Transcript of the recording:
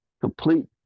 complete